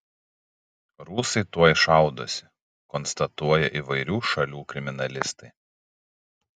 rusai tuoj šaudosi konstatuoja įvairių šalių kriminalistai